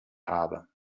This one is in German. habe